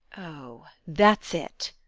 oh, that's it!